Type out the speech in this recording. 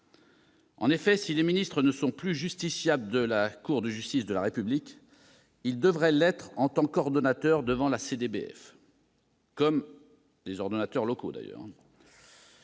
En effet, si les ministres ne sont plus justiciables de la Cour de justice de la République, ils devraient l'être, en tant qu'ordonnateurs, devant la CDBF, comme les ordonnateurs locaux.